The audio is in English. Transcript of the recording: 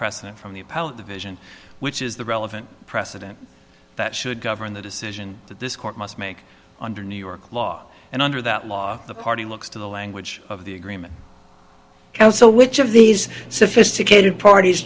precedent from the appellate division which is the relevant precedent that should govern the decision that this court must make under new york law and under that law the party looks to the language of the agreement so which of these sophisticated parties